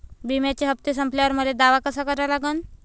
बिम्याचे हप्ते संपल्यावर मले दावा कसा करा लागन?